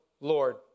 Lord